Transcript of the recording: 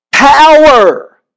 power